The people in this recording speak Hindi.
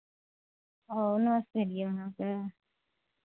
ओ नर्स एलियै वहाँ से